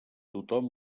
tothom